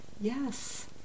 yes